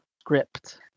script